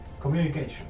Communication